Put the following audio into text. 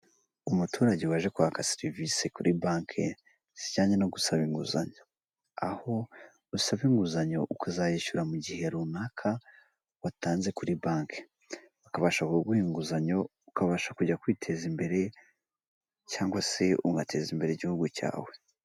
Umuturage waje kwaka serivise kuri banki zijyanye no gusaba inguzanyo, aho usaba inguzanyo ukazayishyura mu gihe runaka watanze kuri banki, bakabasha kuguha inguzanyo, ukabasha kujya kwiteza imbere cyangwa se ugateza imbere igihugu cyawe.